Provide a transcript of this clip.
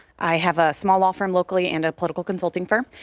i have a small law firm locally and a political consulting firm.